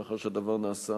מאחר שהדבר נעשה,